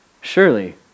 surely